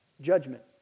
judgment